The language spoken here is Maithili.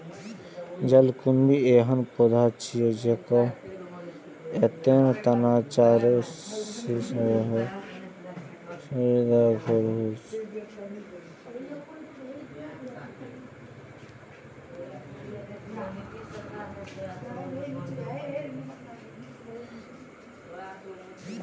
जलकुंभी एहन पौधा छियै, जेकर एके तना के चारू दिस बहुत सुगंधित फूल होइ छै